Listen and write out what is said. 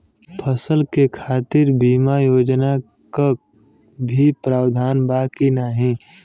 फसल के खातीर बिमा योजना क भी प्रवाधान बा की नाही?